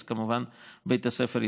אז כמובן בית הספר יתחבר.